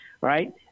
right